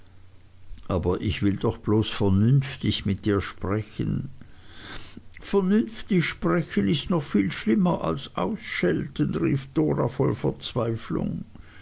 aber ich will doch bloß vernünftig mit dir sprechen vernünftig sprechen ist noch viel schlimmer als ausschelten rief dora voll verzweiflung